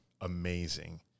amazing